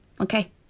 Okay